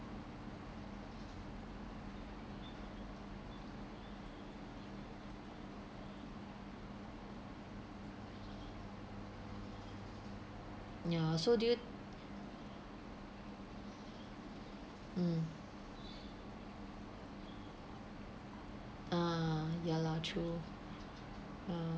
ya so do you mm uh ya lah true ya